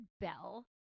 bell